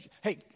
hey